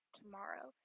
tomorrow